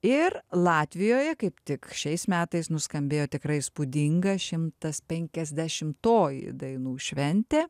ir latvijoje kaip tik šiais metais nuskambėjo tikrai įspūdinga šimtas penkiasdešimtoji dainų šventė